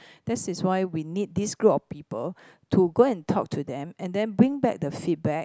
that is why we need this group of people to go and talk to them and then bring back the feedback